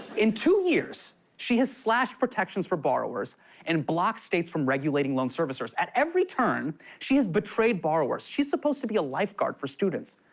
in two years, she has slashed protections for borrowers and blocked states from regulating loan servicers. at every turn, she has betrayed borrowers. she's supposed to be a lifeguard for students,